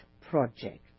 project